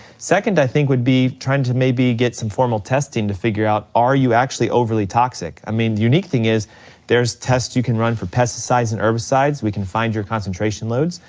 second i think would be trying to maybe get some formal testing to figure out, are you actually overly toxic? i mean, the unique thing is there's tests you can run for pesticides and herbicides, we can find your concentration loads,